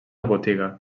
botiga